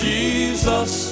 Jesus